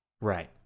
Right